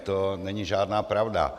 To není žádná pravda.